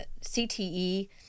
CTE